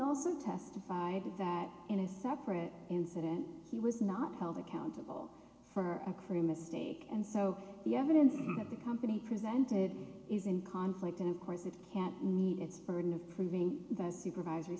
also testified that in a separate incident he was not held accountable for a crew mistake and so the evidence that the company presented is in conflict and of course it can't meet its burden of proving the supervisory